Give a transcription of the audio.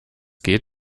geht